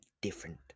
different